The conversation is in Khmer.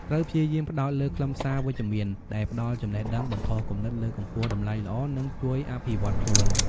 ត្រូវព្យាយាម ផ្តោតលើខ្លឹមសារវិជ្ជមាន ដែលផ្តល់ចំណេះដឹង បំផុសគំនិត លើកកម្ពស់តម្លៃល្អ និងជួយអភិវឌ្ឍខ្លួន។